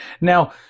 Now